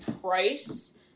price